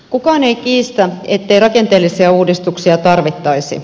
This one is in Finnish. kukaan ei kiistä ettei rakenteellisia uudistuksia tarvittaisi